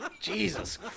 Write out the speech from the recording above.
Jesus